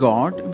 God